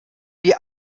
wie